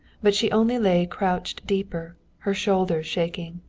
but she only lay crouched deeper, her shoulders shaking.